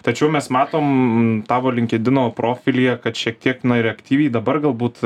tačiau mes matom tavo linkedino profilyje kad šiek tiek na ir aktyviai dabar galbūt